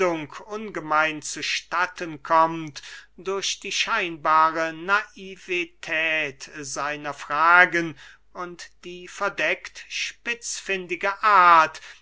zu statten kommt durch die scheinbare naivität seiner fragen und die verdeckt spitzfündige art